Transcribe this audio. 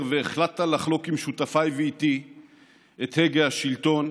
והחלטת לחלוק עם שותפיי ואיתי את הגה השלטון.